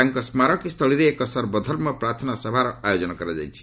ତାଙ୍କ ସ୍ମାରକୀ ସ୍ଥଳୀରେ ଏକ ସର୍ବଧର୍ମ ପ୍ରାର୍ଥନା ସଭାର ଆୟୋଜନ କରାଯାଇଛି